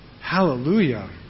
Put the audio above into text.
hallelujah